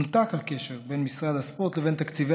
נותק הקשר בין משרד הספורט לבין תקציבי